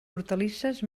hortalisses